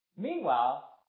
Meanwhile